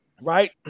right